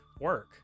work